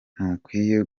ntukwiye